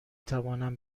توانم